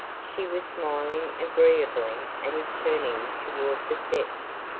she was smiling agreeably and was turning toward the steps.